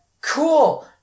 cool